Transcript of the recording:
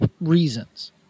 reasons